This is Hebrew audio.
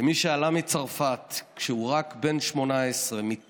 כמי שעלה מצרפת כשהוא רק בן 18 מתוך